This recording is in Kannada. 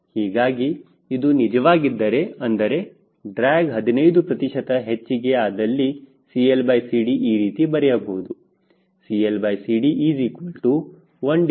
ಹೀಗಾಗಿ ಇದು ನಿಜವಾಗಿದ್ದರೆ ಅಂದರೆ ಡ್ರ್ಯಾಗ್ 15 ಪ್ರತಿಶತ ಹೆಚ್ಚಿಗೆ ಆದಲ್ಲಿ CLCD ಈ ರೀತಿ ಬರೆಯಬಹುದು CLCD11